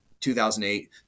2008